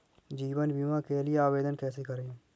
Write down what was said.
जीवन बीमा के लिए आवेदन कैसे करें?